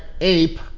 ape